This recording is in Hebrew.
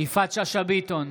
יפעת שאשא ביטון,